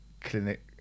clinic